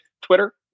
Twitter